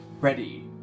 ready